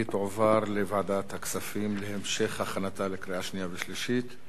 והיא תועבר לוועדת הכספים להמשך הכנתה לקריאה שנייה ושלישית.